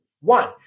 One